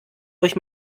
euch